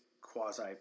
quasi